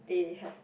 they have